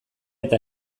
eta